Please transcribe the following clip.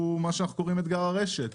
הוא מה שאנחנו קוראים לו אתגר הרשת,